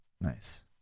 Nice